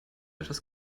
etwas